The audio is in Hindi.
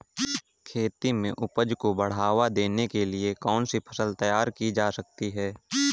खेती में उपज को बढ़ावा देने के लिए कौन सी फसल तैयार की जा सकती है?